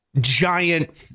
giant